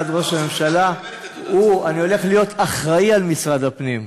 במשרד ראש הממשלה אני הולך להיות אחראי למשרד הפנים,